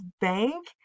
bank